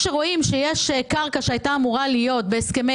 כשרואים שיש קרקע שהייתה אמורה להיות בהסכמי